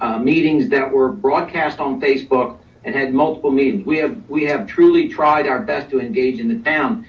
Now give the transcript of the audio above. ah meetings that were broadcast on facebook and had multiple meetings. we have we have truly tried our best to engage in the town.